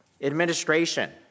Administration